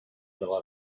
fel